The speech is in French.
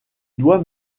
doit